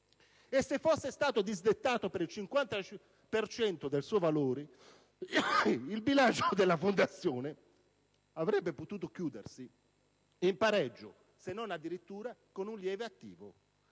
se fosse stato disdettato per il 50 per cento del suo valore, il bilancio della Fondazione avrebbe potuto chiudersi in pareggio, se non addirittura con un lieve attivo,